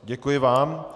Děkuji vám.